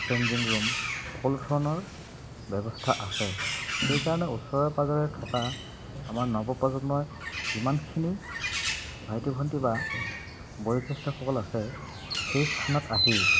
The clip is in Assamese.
চেঞ্জিং ৰুম সকলো ধৰণৰ ব্যৱস্থা আছে সেইকাৰণে ওচৰে পাঁজৰে থকা আমাৰ নৱপ্ৰজন্মই যিমানখিনি ভাইটি ভণ্টি বা বয়োজ্যেষ্ঠসকল আছে সেই স্থানত আহি